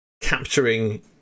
capturing